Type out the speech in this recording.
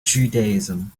judaism